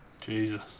Jesus